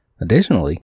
Additionally